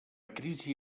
crisi